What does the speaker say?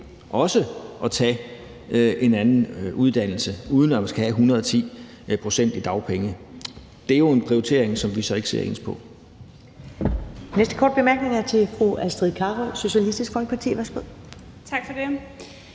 også at tage en anden uddannelse uden at skulle have 110 pct. i dagpenge. Det er jo en prioritering, vi så ikke ser ens på.